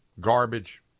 garbage